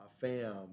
FAM